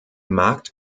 markt